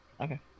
okay